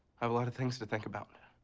have a lot of things to think about.